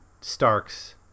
Stark's